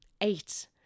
Eight